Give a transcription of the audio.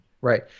right